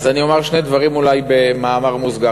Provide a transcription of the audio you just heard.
אז אני אומר שני דברים במאמר מוסגר.